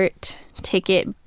Ticket